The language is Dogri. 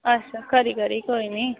अच्छा खरी खरी कोई निं